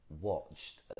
watched